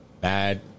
Bad